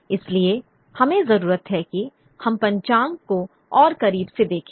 इसलिए हमें जरूरत है कि हम पंचांग को और करीब से देखें